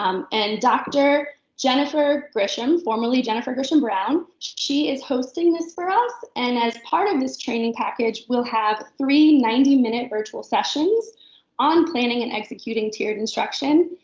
um and dr. jennifer grisham, formerly jennifer grisham-brown, she is hosting this for us. and as part of this training package, we'll have three ninety minute virtual sessions on planning and executing tiered instruction,